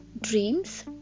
dreams